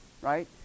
right